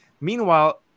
Meanwhile